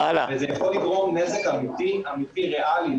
וזה יכול לגרום נזק אמיתי ריאלי.